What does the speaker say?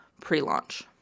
pre-launch